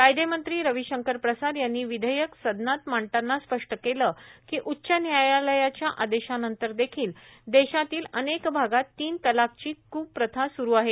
कायदेमंत्री रविशंकर प्रसाद यांनी विषेयक सदनात मांडताना स्पष्ट केलं की उच्च न्यायालयाच्या आदेशानंतर देखिल देशातील अनेक भागात तीन तलाकची कुप्रथा सुरू आहे